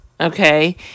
okay